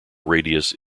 radius